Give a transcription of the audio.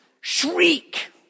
shriek